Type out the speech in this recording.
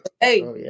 Hey